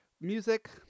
Music